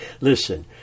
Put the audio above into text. Listen